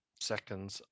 Seconds